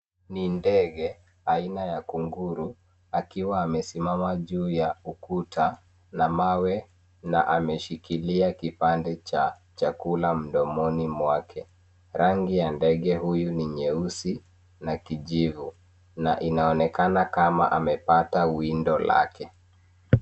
Ni ndege aina ya kunguru akiwa amesimama juu ya ukuta na mawe na ameshikilia kipande cha chakula mdomoni mwake rangi ya ndege huyu ni nyeusi na kijivu na inaonekana kama amepata windo lake